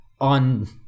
on